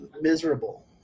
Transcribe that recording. miserable